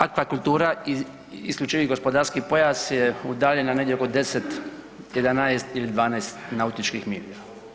Aquakultura, isključivi gospodarski pojas je udaljen na negdje oko 10, 11 ili 12 nautičkih milja.